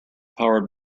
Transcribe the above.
powered